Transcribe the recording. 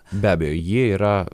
be abejo ji yra